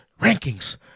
rankings